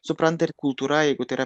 supranta ir kultūra jeigu tai yra